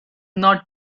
not